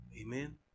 Amen